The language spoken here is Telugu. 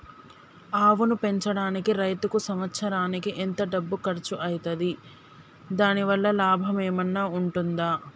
ఆవును పెంచడానికి రైతుకు సంవత్సరానికి ఎంత డబ్బు ఖర్చు అయితది? దాని వల్ల లాభం ఏమన్నా ఉంటుందా?